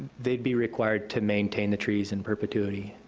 they'd be required to maintain the trees in perpetuity.